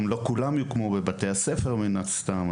לא כל האולמות יוקמו בבתי הספר, מן הסתם.